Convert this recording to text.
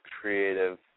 creative